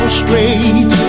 straight